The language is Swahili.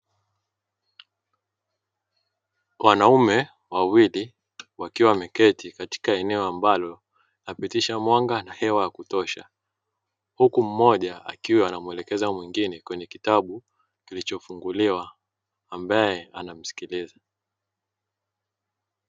Wanaume wawili wakiwa wameketi katika eneo ambalo linapitisha mwanga na hewa ya kutosha, huku mmoja akiwa anamuelekeza mwingine kwenye kitabu kilichofunguliwa ambaye anamsikiliza.